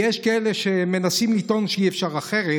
כי יש כאלה שמנסים לטעון שאי-אפשר אחרת,